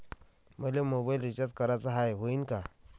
मले mobile recharge कराचा हाय, होईनं का?